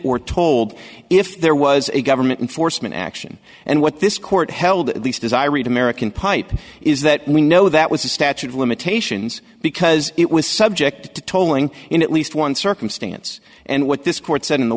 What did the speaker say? or told if there was a government in foresman action and what this court held at least as i read american pipe is that we know that was a statute of limitations because it was subject to tolling in at least one circumstance and what this court said in the